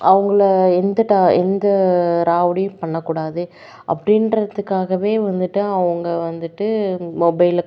அவங்கள எந்த ட எந்த ராவடியும் பண்ணக்கூடாது அப்படின்றதுக்காகவே வந்துட்டு அவங்க வந்துட்டு மொபைலை கொ